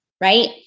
right